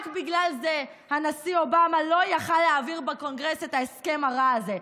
רק בגלל זה הנשיא אובמה לא יכול היה להעביר בקונגרס את ההסכם הרע הזה.